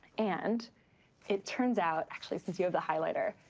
and it turns out actually, do you have the highlighter?